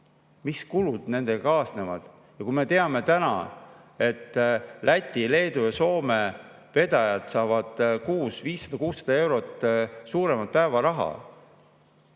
Mis kulud sellega kaasnevad? Kui me teame täna, et Läti, Leedu ja Soome vedajad saavad kuus 500–600 eurot suuremat päevaraha,